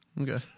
Okay